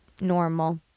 normal